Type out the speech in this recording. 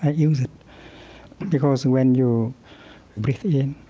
ah use it because, when you breathe in,